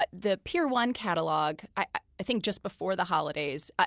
but the pier one catalog, i think just before the holidays,